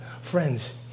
friends